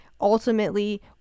ultimately